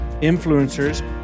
influencers